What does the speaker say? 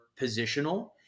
positional